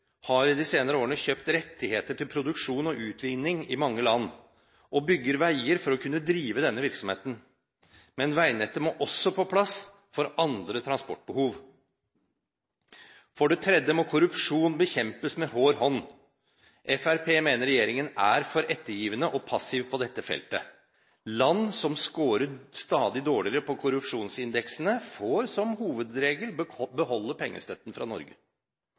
har de senere årene kjøpt rettigheter til produksjon og utvinning i mange land og bygger veier for å kunne drive denne virksomheten. Men veinettet må også på plass for andre transportbehov. For det tredje må korrupsjon bekjempes med hard hånd. Fremskrittspartiet mener regjeringen er for ettergivende og passiv på dette feltet. Land som scorer stadig dårligere på korrupsjonsindeksene, får som hovedregel beholde pengestøtten fra Norge.